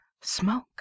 smoke